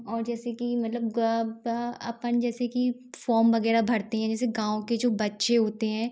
और जैसे कि मतलब अपन जैसे कि फॉम वग़ैरह भरते है जैसे गाँव के जो बच्चे होते हैं